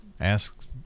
ask